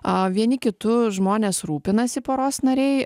a vieni kitu žmonės rūpinasi poros nariai